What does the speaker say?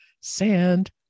sand